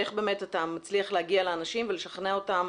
איך אתה מצליח להגיע לאנשים ולשכנע אותם